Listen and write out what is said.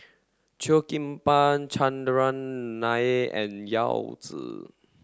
Cheo Kim Ban Chandran Nair and Yao Zi